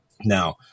Now